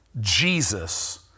Jesus